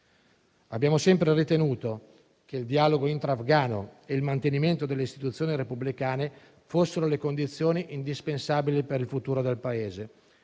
Abbiamo sempre ritenuto che il dialogo intra afghano e il mantenimento delle istituzioni repubblicane fossero le condizioni indispensabili per il futuro del Paese,